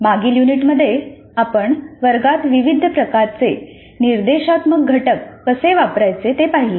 मागील युनिटमध्ये आपण वर्गात विविध प्रकारचे निर्देशात्मक घटक कसे वापरायचे ते पाहिले